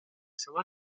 شما